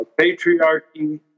patriarchy